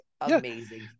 amazing